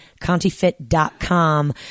contifit.com